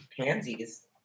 pansies